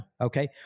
Okay